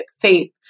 faith